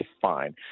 fine